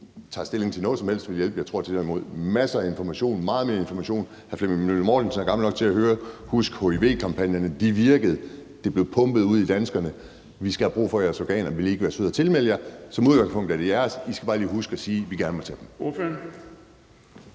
tager stilling til noget som helst, vil hjælpe. Jeg tror derimod, det er meget mere information, masser af information. Hr. Flemming Møller Mortensen er gammel nok til at huske hiv-kampagnerne. De virkede, og det blev pumpet ud til danskerne. Her kunne vi sige: Vi har brug for jeres organer, vil I ikke være søde at tilmelde jer? Som udgangspunkt er det jeres; I skal bare lige huske at sige, at vi gerne må tage dem.